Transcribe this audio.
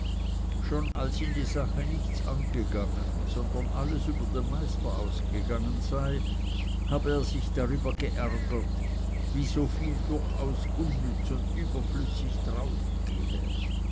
schon als ihn die sache nichts angegangen sondern alles über den meister ausgegangen sei habe er sich darüber geärgert wie so viel durchaus unnütz und überflüssig draufgehe